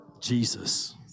Jesus